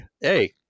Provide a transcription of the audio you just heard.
Hey